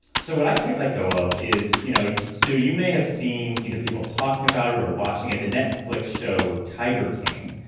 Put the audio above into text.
so what i can't let go of is you know, sue, you may have seen either people talking about it or watching it the netflix show tiger king.